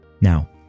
Now